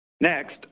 Next